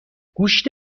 گوشت